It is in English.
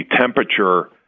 temperature